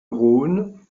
rhône